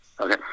Okay